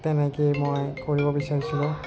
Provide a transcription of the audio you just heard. তেনেকৈয়ে মই কৰিব বিচাৰিছিলোঁ